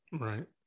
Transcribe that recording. Right